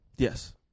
Yes